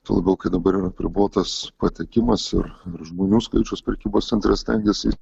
tuo labiau kai dabar yra apribotas patekimas ir žmonių skaičius prekybos centre stengiasi